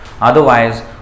Otherwise